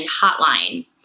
hotline